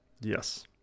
Yes